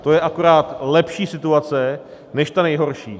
To je akorát lepší situace než ta nejhorší.